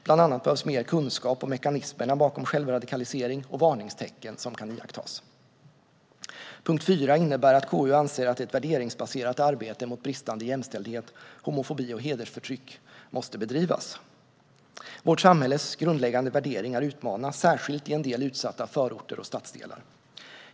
Bland annat behövs mer kunskap om mekanismerna bakom självradikalisering och om varningstecken som kan iakttas. Punkt fyra innebär att KU anser att ett värderingsbaserat arbete mot bristande jämställdhet, homofobi och hedersförtryck måste bedrivas. Vårt samhälles grundläggande värderingar utmanas, särskilt i en del utsatta förorter och stadsdelar.